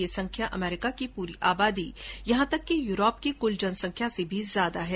यह संख्या अमरीका की पूरी आबादी यहां तक कि यूरोप की कुल जनसंख्या से भी ज्यादा है